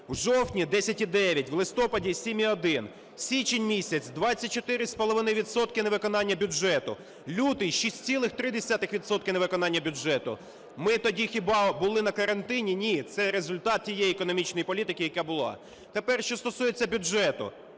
в жовтні – 10,9, в листопаді – 7,1, січень місяць – 24,5 відсотка невиконання бюджету, лютий – 6,3 відсотка невиконання бюджету. Ми тоді хіба були на карантині? Ні. Це результат тієї економічної політики, яка була. Тепер, що стосується бюджету.